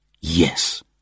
Yes